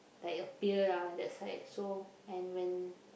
like appear lah that side so and when